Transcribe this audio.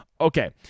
Okay